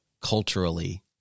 culturally